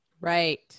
Right